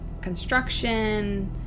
construction